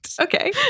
okay